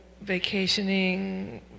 vacationing